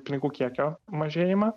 pinigų kiekio mažėjimą